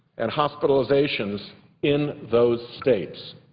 and hospitalizations in those states.